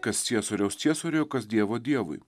kas ciesoriaus ciesoriui o kas dievo dievui